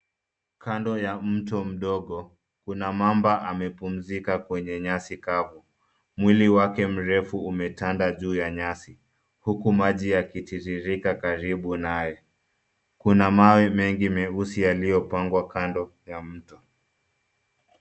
Kando ya mto mdogo, kuna mamba amepumzika kwenye nyasi kavu. Mwili wake mrefu umetanda juu ya nyasi huku maji yakitiririka karibu naye. Kuna mawe mengi meusi yaliyopangwa kando ya mto.